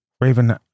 Raven